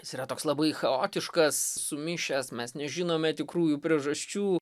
jis yra toks labai chaotiškas sumišęs mes nežinome tikrųjų priežasčių